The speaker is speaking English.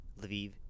Lviv